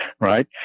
right